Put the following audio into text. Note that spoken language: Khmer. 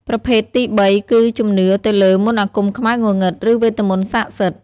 ប្រភេទទីបីគឺជំនឿទៅលើមន្តអាគមខ្មៅងងឹត ឬវេទមន្តសក្តិសិទ្ធិ។